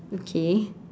okay